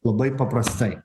labai paprastai